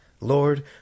Lord